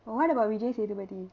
but what about vijay sethupathi